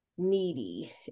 needy